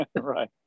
right